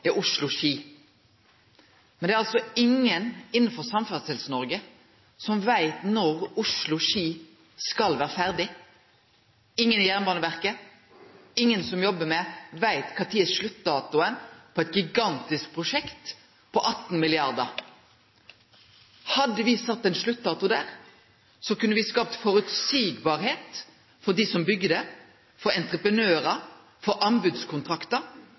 er Oslo–Ski, men det er ingen innanfor Samferdsels-Noreg som veit når Oslo–Ski skal vere ferdig. Ingen i Jernbaneverket, ingen som jobbar med dette, veit når sluttdatoen er –for eit gigantisk prosjekt, på 18 mrd. kr! Hadde vi sett ein sluttdato der, kunne vi ha skapt føreseielegheit for dei som byggjer prosjektet, for entreprenørar, for anbodskontraktar.